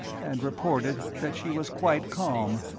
and reported that she was quite calm.